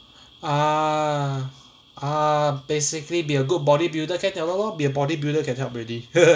ah ah basically be a good bodybuilder can liao 了 lor be a bodybuilder can help already